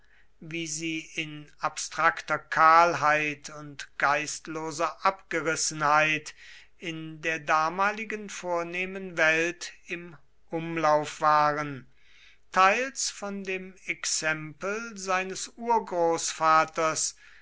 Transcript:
wie sie in abstrakter kahlheit und geistloser abgerissenheit in der damaligen vornehmen welt im umlauf waren teils von dem exempel seines urgroßvaters